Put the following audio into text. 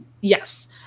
Yes